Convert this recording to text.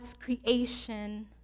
creation